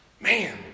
Man